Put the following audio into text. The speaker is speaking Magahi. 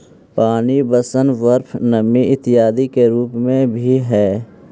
पानी वाष्प, बर्फ नमी इत्यादि के रूप में भी हई